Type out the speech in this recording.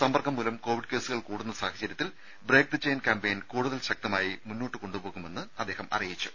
സമ്പർക്കംമൂലം Covid കേസുകൾ കൂടുന്ന സാഹചര്യത്തിൽ ബ്രെയ്ക്ക് ദി ചെയ്ൻ ക്യാമ്പയിൻ കൂടുതൽ ശക്തമായി മുന്നോട്ട് കൊണ്ടുപോകുമെന്ന് അദ്ദേഹം അറിയിച്ചു